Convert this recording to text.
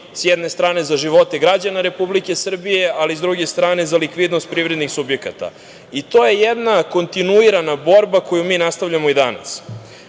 sa jedne strane za živote građana Republike Srbije, ali s druge strane za likvidnost privrednih subjekata. To je jedna kontinuirana borba koju mi nastavljamo i danas.